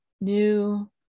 new